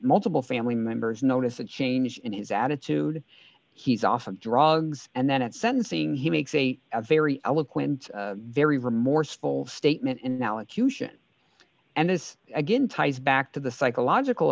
multiple family members notice a change in his attitude he's off of drugs and then at sentencing he makes a very eloquent very remorseful statement and knowledge fusion and this again ties back to the psychological